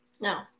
no